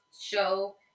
show